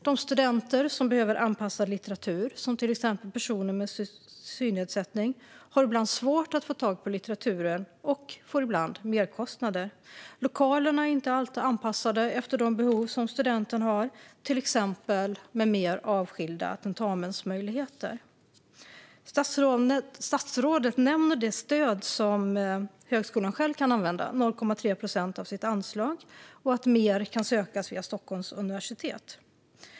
De studenter som behöver anpassad litteratur, till exempel personer med synnedsättning, har ibland svårt att få tag på litteraturen och får merkostnader. Lokalerna är inte alltid anpassade efter de behov som studenterna har; det kan till exempel gälla mer avskilda tentamensmöjligheter. Statsrådet nämner det stöd som högskolorna själva kan använda, 0,3 procent av sitt anslag, och att mer kan sökas via Stockholms universitet.